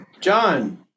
John